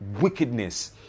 wickedness